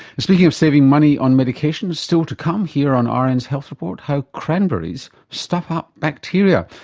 and speaking of saving money on medications, still to come here on ah rn's health report, how cranberries stuff up bacteria.